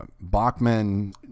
Bachman